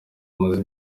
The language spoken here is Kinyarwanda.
amaze